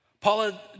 Paula